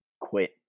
quit